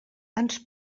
ens